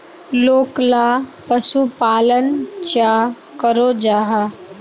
लोकला पशुपालन चाँ करो जाहा?